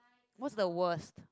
what's the worst